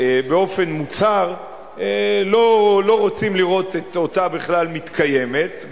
באופן מוצהר לא רוצים לראות אותה בכלל מתקיימת,